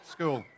School